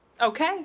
Okay